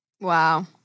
Wow